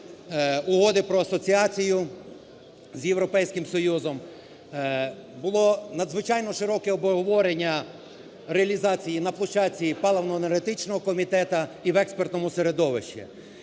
Угоди про Асоціацію з Європейським Союзом. Було надзвичайно широке обговорення реалізації на площадці паливно-енергетичного комітету і в експертному середовищі.